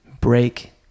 break